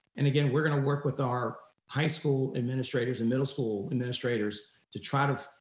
and again, we're gonna work with our high school administrators and middle school administrators to try to,